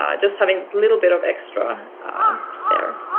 um just having a little bit of extra there.